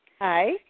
Hi